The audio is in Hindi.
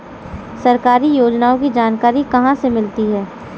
सरकारी योजनाओं की जानकारी कहाँ से मिलती है?